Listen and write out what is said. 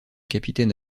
capitaine